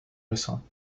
récents